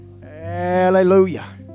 Hallelujah